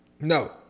No